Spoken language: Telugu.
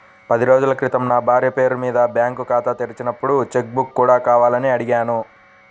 పది రోజుల క్రితం నా భార్య పేరు మీద బ్యాంకు ఖాతా తెరిచినప్పుడు చెక్ బుక్ కూడా కావాలని అడిగాను